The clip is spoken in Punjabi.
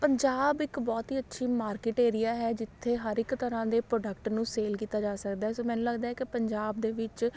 ਪੰਜਾਬ ਇੱਕ ਬਹੁਤ ਹੀ ਅੱਛੀ ਮਾਰਕਿਟ ਏਰੀਆ ਹੈ ਜਿੱਥੇ ਹਰ ਇੱਕ ਤਰ੍ਹਾਂ ਦੇ ਪ੍ਰੋਡਕਟ ਨੂੰ ਸੇਲ ਕੀਤਾ ਜਾ ਸਕਦਾ ਹੈ ਸੋ ਮੈਨੂੰ ਲੱਗਦਾ ਕਿ ਪੰਜਾਬ ਦੇ ਵਿੱਚ